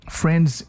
friends